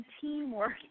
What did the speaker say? teamwork